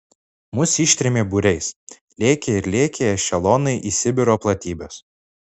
mus ištrėmė būriais lėkė ir lėkė ešelonai į sibiro platybes